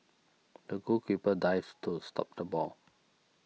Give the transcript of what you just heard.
the goalkeeper dived to stop the ball